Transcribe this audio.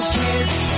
kids